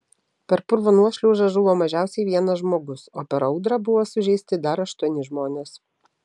per purvo nuošliaužą žuvo mažiausiai vienas žmogus o per audrą buvo sužeisti dar aštuoni žmonės